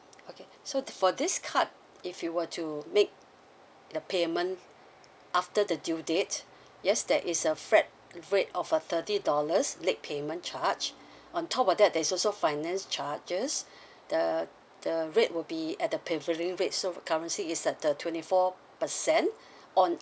okay so for this card if you were to make the payment after the due date yes that is a flat rate of a thirty dollars late payment charge on top of that there's also finance charges the the rate will be at the prevailing rate so the currency is at the twenty four percent on